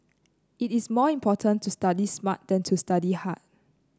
it is more important to study smart than to study hard